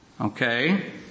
Okay